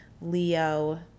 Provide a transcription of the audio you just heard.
Leo